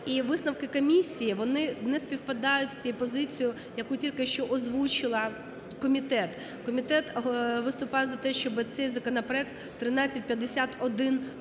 висновки комісії, вони не співпадають з тією позицією, яку тільки що озвучив комітет. Комітет виступає за те, щоби цей законопроект 1351